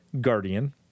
Guardian